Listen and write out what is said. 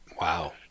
Wow